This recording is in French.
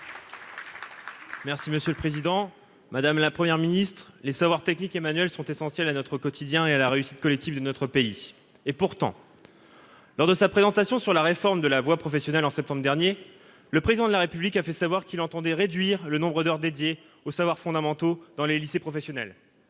Merci monsieur le président, madame la première ministre les savoirs techniques et sont essentiels à notre quotidien et à la réussite collective de notre pays et pourtant. Lors de sa présentation sur la réforme de la voie professionnelle, en septembre dernier, le président de la République a fait savoir qu'il entendait réduire le nombre d'heure dédié aux savoirs fondamentaux dans les lycées professionnels,